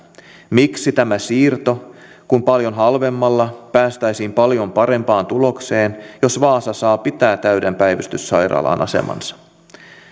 miksi tämä siirto kun paljon halvemmalla päästäisiin paljon parempaan tulokseen jos vaasa saa pitää täyden päivystyssairaalan asemansa